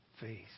faith